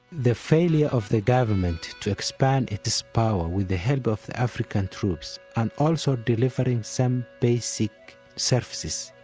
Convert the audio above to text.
the failure of the government to expand its power with the help of the african troops, and also delivering some basic services,